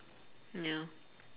mm ya